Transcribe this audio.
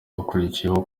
ukurikiyeho